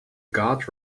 guard